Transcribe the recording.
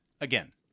again